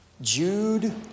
Jude